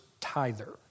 tither